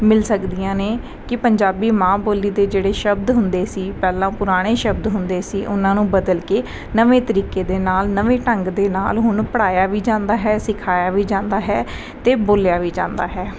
ਮਿਲ ਸਕਦੀਆਂ ਨੇ ਕਿ ਪੰਜਾਬੀ ਮਾਂ ਬੋਲੀ ਦੇ ਜਿਹੜੇ ਸ਼ਬਦ ਹੁੰਦੇ ਸੀ ਪਹਿਲਾਂ ਪੁਰਾਣੇ ਸ਼ਬਦ ਹੁੰਦੇ ਸੀ ਉਹਨਾਂ ਨੂੰ ਬਦਲ ਕੇ ਨਵੇਂ ਤਰੀਕੇ ਦੇ ਨਾਲ ਨਵੇਂ ਢੰਗ ਦੇ ਨਾਲ ਹੁਣ ਪੜ੍ਹਾਇਆ ਵੀ ਜਾਂਦਾ ਹੈ ਸਿਖਾਇਆ ਵੀ ਜਾਂਦਾ ਹੈ ਅਤੇ ਬੋਲਿਆ ਵੀ ਜਾਂਦਾ ਹੈ